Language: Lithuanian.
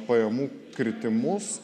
pajamų kritimus